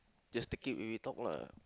just take it we we talk lah